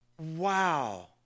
Wow